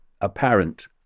apparent